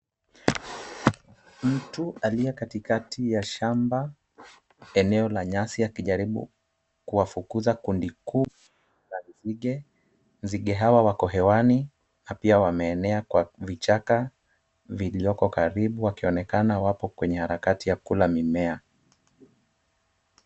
Mtu aliye katikati ya shamba eneo la nyasi akijaribu kuwafukuza kundi kuu la nzige. Nzige hawa wako hewani na pia wameenea kwa vichaka vilioko karibu wakionekana wapo kwenye harakati ya kukula mimea.